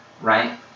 right